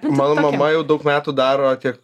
mano mama jau daug metų daro tiek